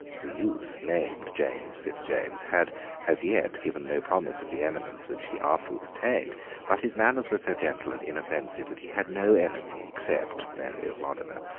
the youth, named james fitzjames, had as yet given no promise of the eminence which he afterwards attained but his manners were so gentle and inoffensive that he had no enemy except mary of modena,